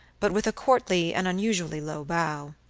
but with a courtly and unusually low bow